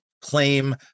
claim